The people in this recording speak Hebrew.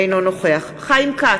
אינו נוכח חיים כץ,